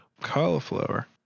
cauliflower